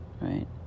right